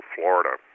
Florida